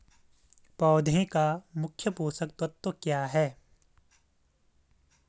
पौधें का मुख्य पोषक तत्व क्या है?